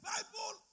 Bible